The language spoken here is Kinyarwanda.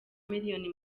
miliyoni